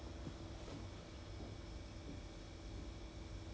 !wah! then like not bad it's it's not a family [one] right as in it is just for yourself right